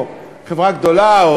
או חברה גדולה,